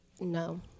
No